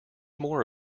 more